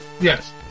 Yes